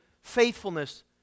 faithfulness